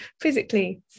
physically